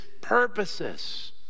purposes